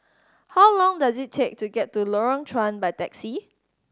how long does it take to get to Lorong Chuan by taxi